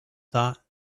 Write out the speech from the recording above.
thought